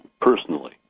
personally